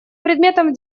предметом